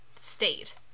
state